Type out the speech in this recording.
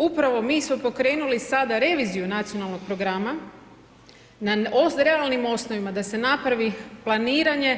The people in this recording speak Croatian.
Upravo mi smo pokrenuli sada reviziju nacionalnog programa, na realnim osnovama, da se napravi planiranje,